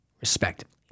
respectively